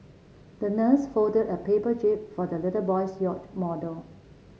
the nurse folded a paper jib for the little boy's yacht model